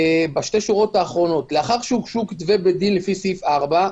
בשתי השורות האחרונות: לאחר שהוגשו כתבי בי-דין לפי סעיף 4,